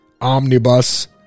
omnibus